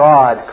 God